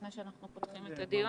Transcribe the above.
לפני שאנחנו פותחים את הדיון?